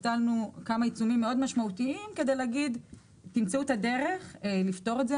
היו כמה עיצומים מאוד משמעותיים כדי להגיד שימצאו את הדרך לפתור את זה.